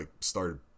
started